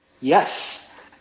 Yes